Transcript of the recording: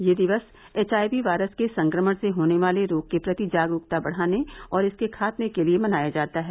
यह दिवस HIV virus के संक्रमण से होने वाले रोग के प्रति जागरुकता बढ़ाने और इसके खात्मे के लिये मनाया जाता है